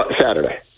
Saturday